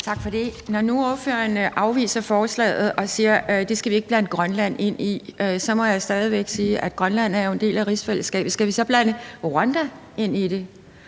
Når nu ordføreren afviser forslaget og siger, at det skal vi ikke blande Grønland ind i, må jeg stadig væk sige, at Grønland jo er en del af rigsfællesskabet. Skal vi så blande Rwanda ind i det?